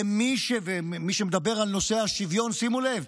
מי שמדבר על נושא השוויון, שימו לב: